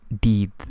deed